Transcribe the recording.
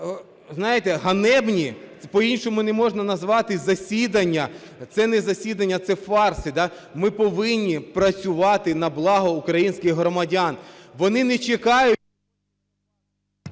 знаєте, ганебні, по-іншому не можна назвати, засідання. Це не засідання, це фарс. Ми повинні працювати на благо українських громадян. Вони не чекають…